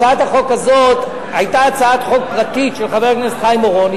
הצעת החוק הזאת היתה הצעת חוק פרטית של חבר הכנסת חיים אורון,